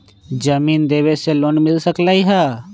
जमीन देवे से लोन मिल सकलइ ह?